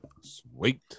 Sweet